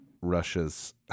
Russia's